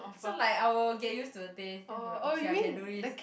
so like I will get used to the taste then I'll be like okay I can do this